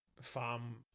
farm